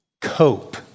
cope